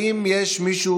אינו נוכח,